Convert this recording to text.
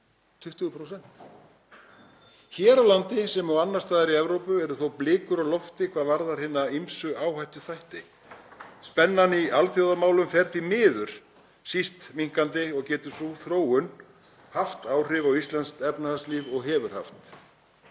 20%. Hér á landi sem og annars staðar í Evrópu eru þó blikur á lofti hvað varðar hina ýmsu áhættuþætti. Spennan í alþjóðamálum fer því miður síst minnkandi og getur sú þróun haft áhrif á íslenskt efnahagslíf og hefur haft